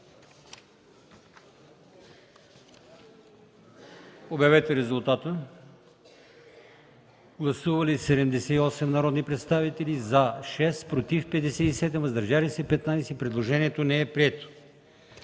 от комисията. Гласували 71 народни представители: за 3, против 51, въздържали се 17. Предложението не е прието.